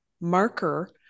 marker